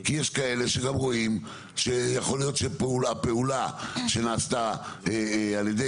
כי יש כאלה שגם רואים שיכול להיות שפעולה שנעשתה על ידי